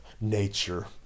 nature